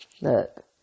Look